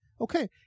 okay